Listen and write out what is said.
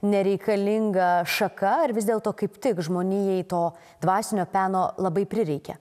nereikalinga šaka ar vis dėlto kaip tik žmonijai to dvasinio peno labai prireikia